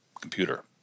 computer